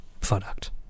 product